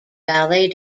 ballet